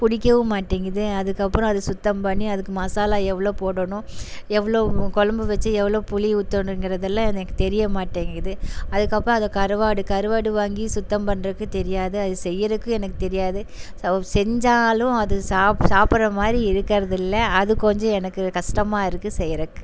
பிடிக்கவும் மாட்டேங்குது அதுக்கப்புறம் அது சுத்தம் பண்ணி அதுக்கு மசாலா எவ்வளோ போடணும் எவ்வளோ கொழம்பு வச்சு எவ்வளோ புளி ஊற்றணுங்குறதெல்லாம் எனக்கு தெரியமாட்டேங்குது அதுக்கப்புறம் அதை கருவாடு கருவாடு வாங்கி சுத்தம் பண்ணுறக்கு தெரியாது அது செய்கிறக்கும் எனக்கு தெரியாது செஞ்சாலும் அது சாப்பிட்ற மாதிரி இருக்கிறதில்ல அது கொஞ்சம் எனக்கு கஷ்டமா இருக்குது செய்கிறக்கு